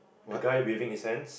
the guy waving his hands